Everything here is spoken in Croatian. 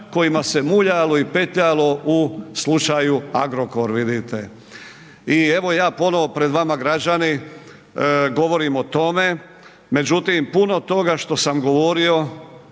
kojima se muljalo i petljalo u slučaju Agrokor vidite i evo ja ponovo pred vama građani govorim o tome, međutim puno toga što sam govorio